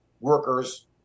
workers